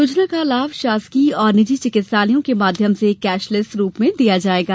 योजना का लाभ शासकीय और निजी चिकित्सालयों के माध्यम से कैशलेस रूप में दिया जायेगा